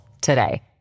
today